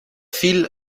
phil